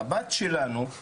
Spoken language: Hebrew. לבת שלנו,